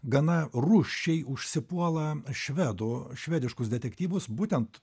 gana rūsčiai užsipuola švedų švediškus detektyvus būtent